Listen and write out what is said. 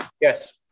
Yes